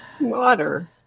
Water